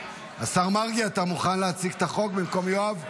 השר מרגי, אתה מוכן להציג את החוק במקום יואב?